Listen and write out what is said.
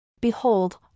Behold